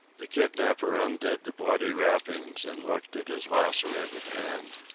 the kidnapper undid the bloody wrappings and looked at his lacerated hand.